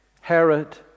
Herod